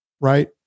Right